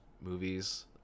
movies